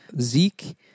Zeke